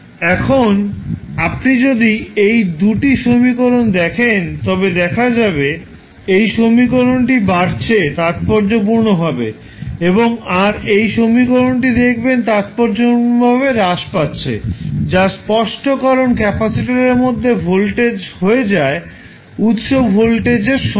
এখন আপনি যদি এই 2 টি সমীকরণ দেখেন তবে দেখা যাবে এই সমীকরণটি বাড়ছে তাত্পর্যপূর্ণভাবে এবং আর এই সমীকরণটি দেখবেন তাত্পর্যপূর্ণভাবে হ্রাস পাচ্ছে যার স্পষ্ট কারণ ক্যাপাসিটরের মধ্যে ভোল্টেজ হয়ে যায় উত্সের ভোল্টেজের সমান